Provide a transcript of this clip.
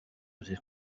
buri